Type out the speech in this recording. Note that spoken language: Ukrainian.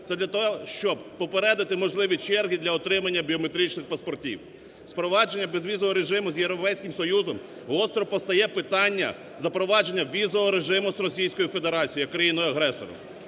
Це для того, щоб попередити можливі черги для отримання біометричних паспортів. З впровадженням безвізового режиму з Європейським Союзом гостро постає питання запровадження візового режиму з Російською Федерацією як країною-агресором.